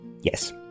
Yes